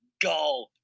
go